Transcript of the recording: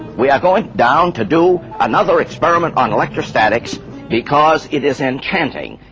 we are going down to do another experiment on electrostatics because it is enchanting,